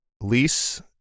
lease